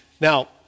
Now